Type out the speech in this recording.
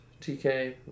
TK